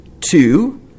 Two